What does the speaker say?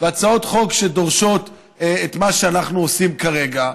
והצעות חוק שדורשות את מה שאנחנו עושים כרגע.